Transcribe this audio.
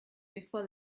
before